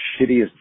shittiest